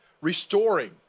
restoring